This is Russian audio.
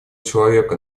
человека